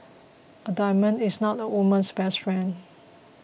a diamond is not a woman's best friend